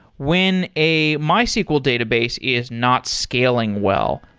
when a mysql database is not scaling well,